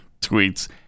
tweets